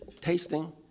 tasting